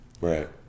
right